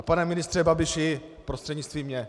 A pane ministře Babiši, prostřednictvím mě.